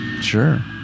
Sure